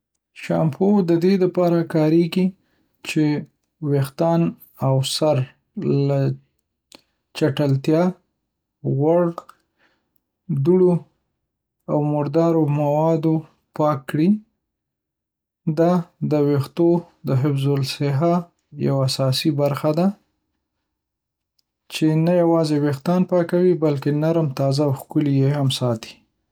شامپو د دې لپاره کارېږي چې ویښتان او سر له چټلتیا، غوړ، دوړو، او مردارو موادو پاک کړي. دا د ویښتو د حفظ‌الصحه یوه اساسي برخه ده، چې نه یوازې ویښتان پاکوي، بلکې نرم، تازه، او ښکلي یې هم ساتي.